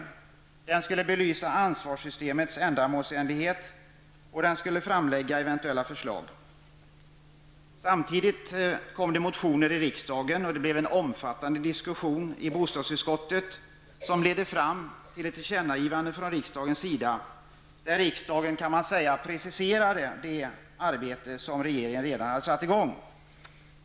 Vidare skulle arbetsgruppen belysa ansvarssystemets ändamålsenlighet och framlägga eventuella förslag. Samtidigt väcktes motioner i riksdagen. Det blev en omfattande diskussion i bostadsutskottet, som ledde till att riksdagen gjorde ett tillkännagivande. Man kan säga att riksdagen preciserade det arbete som regeringen redan hade satt i gång.